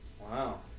wow